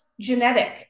genetic